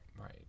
Right